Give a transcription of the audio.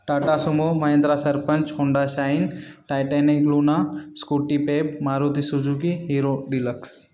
Tata Sumo Mahindra सरपंच Honda Shine Titanic Luna Scooty Pep Maruti Suzuki Hero deluxe